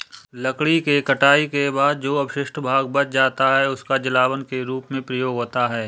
लकड़ी के कटाई के बाद जो अवशिष्ट भाग बच जाता है, उसका जलावन के रूप में प्रयोग होता है